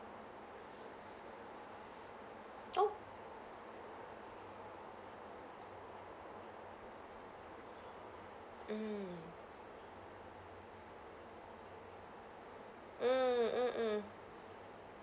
oh mm mm mm mm